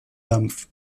dampf